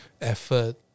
effort